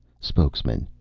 spokesman,